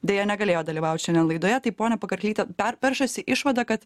deja negalėjo dalyvaut šiandien laidoje tai ponia pakarklyte per peršasi išvada kad